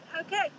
okay